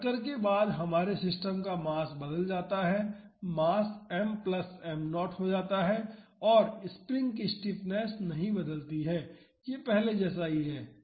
तो टक्कर के बाद हमारे सिस्टम का मास बदल जाता है मास m प्लस m0 हो जाता है और स्प्रिंग की स्टिफनेस नहीं बदलती है यह पहले जैसी ही है